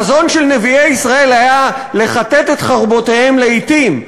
החזון של נביאי ישראל היה לכתת את חרבותיהם לאתים.